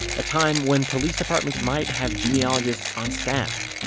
a time when police departments might have genealogists on staff